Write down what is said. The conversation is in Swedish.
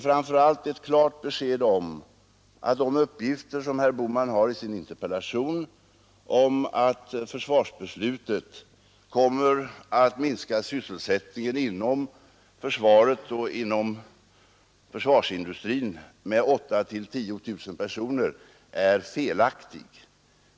Framför allt är det ett klart besked att de uppgifter som herr Bohman har i sin interpellation om att försvarsbeslutet kommer att minska sysselsättningen inom försvaret och inom försvarsindustrin med 8 000-10 000 personer är felaktiga.